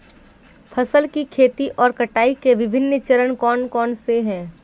फसल की खेती और कटाई के विभिन्न चरण कौन कौनसे हैं?